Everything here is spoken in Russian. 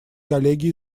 коллеги